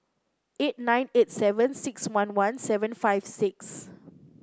eight nine eight seven six one one seven five six